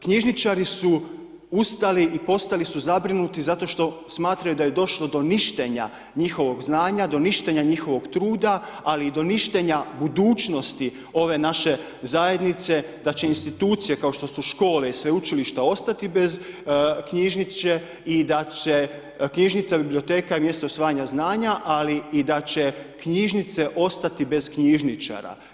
Knjižničari su ustali i postali su zabrinuti zato što smatraju da je došlo do ništenja njihovog znanja, do ništenja njihovog truda ali i do ništenja budućnosti ove naše zajednice da će institucije kao što su škole i sveučilišta ostati bez knjižnice i da će, knjižnica, biblioteka je mjesto usvajanja znanja ali i da će knjižnice ostati bez knjižničara.